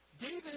David